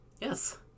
Yes